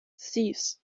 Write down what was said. thieves